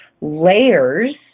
layers